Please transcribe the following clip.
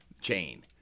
chain